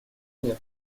нет